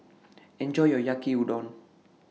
Enjoy your Yaki Udon